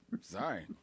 Sorry